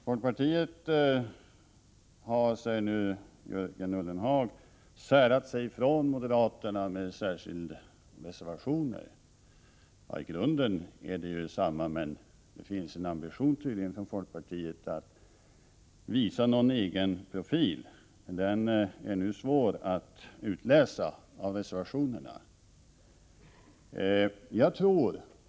Folkpartiet har, säger Jörgen Ullenhag, särat sig från moderaterna med särskilda reservationer. I grunden är inställningen densamma, men det finns tydligen en ambition från folkpartiet att visa någon egen profil. Den är nu svår att utläsa av reservationerna.